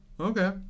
Okay